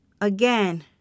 again